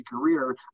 career